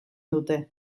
dute